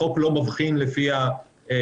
החוק לא מבחין השתייכות,